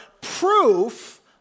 proof